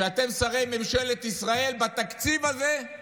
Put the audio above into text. שאתם, שרי ממשלת ישראל, בתקציב הזה,